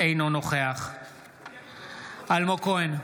אינו נוכח אלמוג כהן,